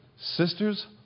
Sisters